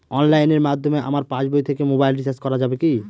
অনলাইনের মাধ্যমে আমার পাসবই থেকে মোবাইল রিচার্জ করা যাবে কি?